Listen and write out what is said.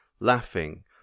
laughing